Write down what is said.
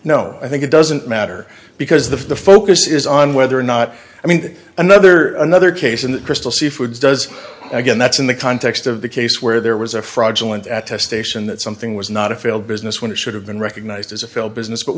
know i think it doesn't matter because the focus is on whether or not i mean another another case in that crystal seafoods does again that's in the context of the case where there was a fraudulent at test ation that something was not a failed business when it should have been recognised as a failed business but